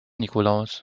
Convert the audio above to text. nikolaus